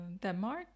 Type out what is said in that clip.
Denmark